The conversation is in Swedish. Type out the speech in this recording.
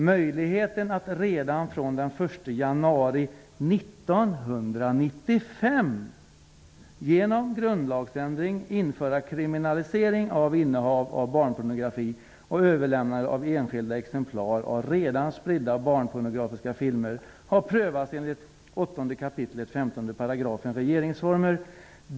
Möjligheten att redan från den 1 januari 1995 genom grundlagsändring införa kriminalisering av innehav av barnpornografi och överlämnande av enskilda exemplar av redan spridda barnpornografiska filmer har prövats enligt 8 kap. 15 § regeringsformen.